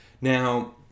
now